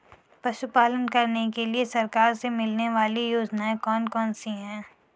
पशु पालन करने के लिए सरकार से मिलने वाली योजनाएँ कौन कौन सी हैं?